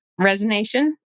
resonation